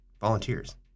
volunteers